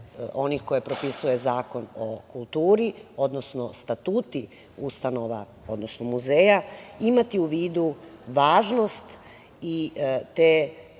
onih koje propisuje Zakon o kulturi, odnosno statuti ustanova odnosno muzeja, imati u vidu važnost i te